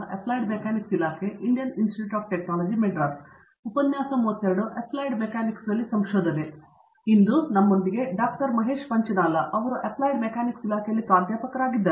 ಅವರು applied mechanics ಇಲಾಖೆಯಲ್ಲಿ ಪ್ರಾಧ್ಯಾಪಕರಾಗಿದ್ದಾರೆ